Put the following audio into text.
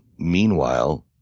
meanwhile,